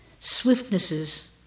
swiftnesses